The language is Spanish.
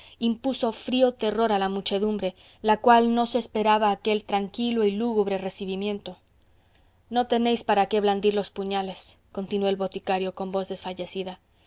impuso frío terror a la muchedumbre la cual no se esperaba aquel tranquilo y lúgubre recibimiento no tenéis para qué blandir los puñales continuó el boticario con voz desfallecida he hecho más que